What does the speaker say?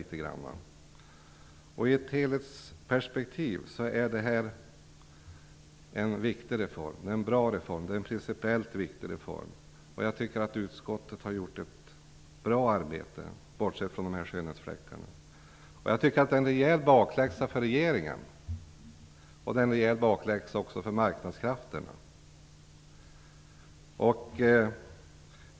I ett helhetsperspektiv är det här fråga om en bra och principiellt viktig reform. Jag tycker att utskottet har gjort ett bra arbete, bortsett från dessa skönhetsfläckar. Det är fråga om en rejäl bakläxa för regeringen och därmed också för marknadskrafterna.